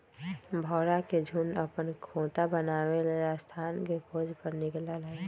भौरा के झुण्ड अप्पन खोता बनाबे लेल स्थान के खोज पर निकलल हइ